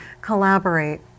collaborate